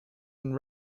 and